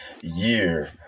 year